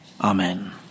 Amen